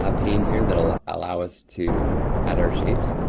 ah pane here that'll allow us to add our shapes.